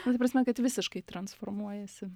nu ta prasme kad visiškai transformuojasi